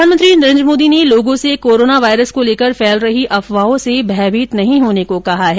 प्रधामनंत्री नरेन्द्र मोदी ने लोगों से कोरोना वायरस को लेकर फैल रही अफवाहों से भयभीत नहीं होने को कहा है